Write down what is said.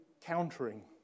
countering